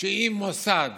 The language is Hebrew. שאם מוסד